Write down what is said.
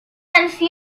intenció